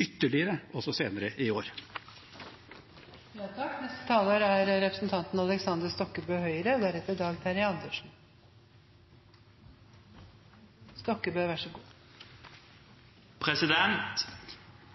ytterligere også senere i år.